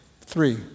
three